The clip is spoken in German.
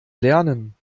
lernen